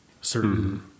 certain